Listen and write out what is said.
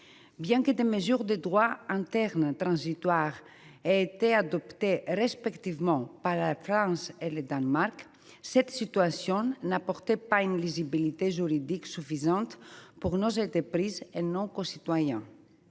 Bien que des mesures de droit interne transitoires aient été adoptées respectivement par la France et le Danemark, cette situation n’offrait pas une lisibilité juridique suffisante à nos entreprises et à nos concitoyens.